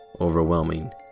overwhelming